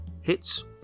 hits